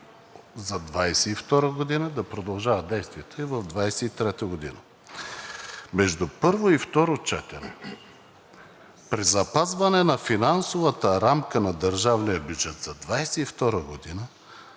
за 2022 г. – да продължава да действа и в 2023 г. Между първо и второ четене при запазване на финансовата рамка на държавния бюджет за 2022 г.